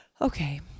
Okay